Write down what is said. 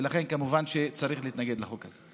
ולכן כמובן שצריך להתנגד לחוק הזה.